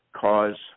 cause